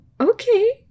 okay